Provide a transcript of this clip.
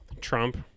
Trump